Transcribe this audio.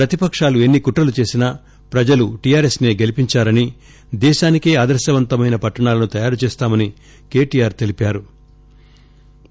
ప్రతిపకాలు ఎన్ని కుట్రలు చేసినా ప్రజలు టీఆర్ఎస్నే గెలిపించారని దేశానికే ఆదర్పవంతమైన పట్టణాలను తయారు చేస్తామని కేటీఆర్ స్పష్టం చాశారు